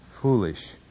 foolish